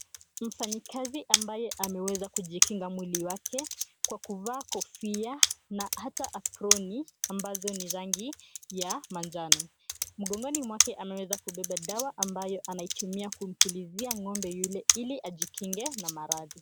Mfanyikazi ambaye ameweza kujikinga mwili wake kwa kuvaa kofia na hata aproni ambazo ni rangi ya manjano. Mgongoni mwake ameweza kubeba dawa ambayo anaitumia kumpulizia ng'ombe yule ili ajikinge na maradhi.